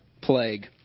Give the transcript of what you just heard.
plague